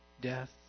death